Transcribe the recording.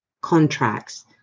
contracts